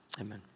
amen